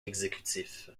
exécutif